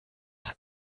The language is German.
hat